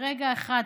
ברגע אחד,